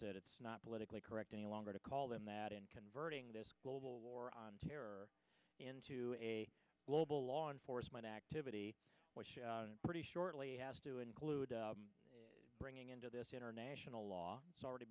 that it's not politically correct any longer to call them that and converting this global war on terror into a global law enforcement activity pretty shortly has to include bringing into this international law it's already